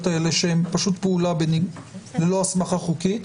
האלה שהן פשוט פעולה ללא הסמכה חוקית,